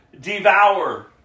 devour